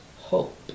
hope